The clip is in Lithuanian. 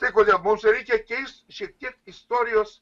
tai kodėl mums reikia keist šiek tiek istorijos